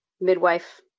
midwife